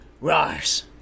Rise